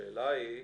השאלה היא,